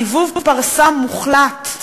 סיבוב פרסה מוחלט,